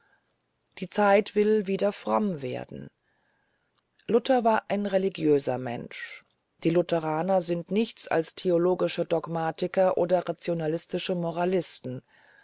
die zeit will wieder fromm werden luther war ein religiöser mensch die lutheraner sind theologische dogmatiker oder rationalistische moralisten